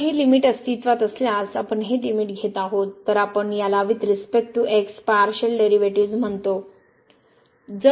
तर हे लिमिट अस्तित्त्वात असल्यास आपण हे लिमिट घेत आहोत तर आपण याला with respect to x partial derivatives म्हणतो